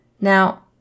Now